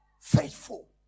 Faithful